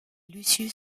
lucius